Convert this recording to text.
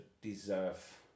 deserve